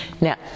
Now